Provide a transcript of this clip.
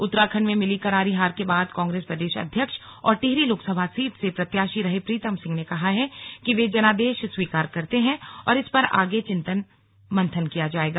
उत्तराखंड में मिली करारी हार के बाद कांग्रेस प्रदेश अध्यक्ष और टिहरी लोकसभा सीट से प्रत्याशी रहे प्रीतम सिंह ने कहा है कि वे जनादेश स्वीकार करते हैं और इस पर आगे चिंतन मंथन किया जाएगा